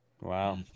Wow